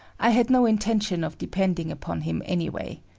i had no intention of depending upon him anyway.